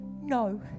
No